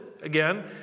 again